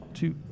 two